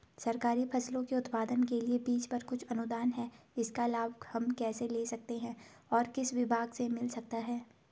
सरकारी फसलों के उत्पादन के लिए बीज पर कुछ अनुदान है इसका लाभ हम कैसे ले सकते हैं और किस विभाग से मिल सकता है?